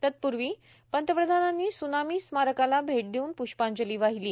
तत्पूर्वी पंतप्रधानांनी सूनामी स्मारकाला भैट देऊन प्ष्पांजली वाहिली